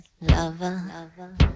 lover